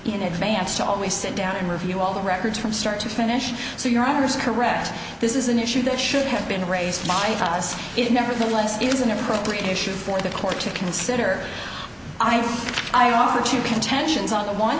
in advance to always sit down and review all the records from start to finish so your honour's correct this is an issue that should have been raised by was it nevertheless is an appropriate issue for the court to consider i i offer to contentions on the one